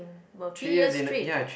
about three years straight